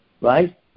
Right